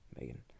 Megan